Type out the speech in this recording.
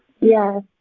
Yes